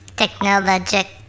technologic